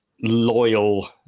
loyal